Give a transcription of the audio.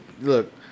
look